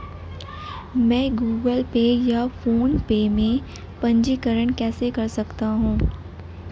मैं Google Pay या फोनपे में पंजीकरण कैसे कर सकता हूँ?